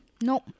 No